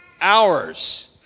hours